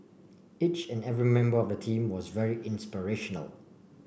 each and every member of the team was very inspirational